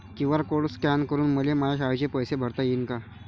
QR code scan करून मले माया शाळेचे पैसे भरता येईन का?